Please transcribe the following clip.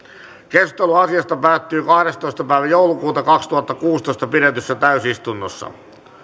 keskustelu asiasta päättyi kahdestoista kahdettatoista kaksituhattakuusitoista pidetyssä ensimmäisessä täysistunnossa